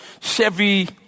Chevy